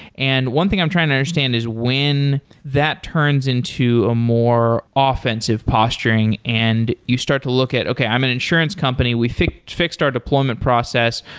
and one thing i'm trying to understand is when that turns into a more offense posturing and you start to look at, okay, i'm an insurance company. we fixed fixed our deployment process.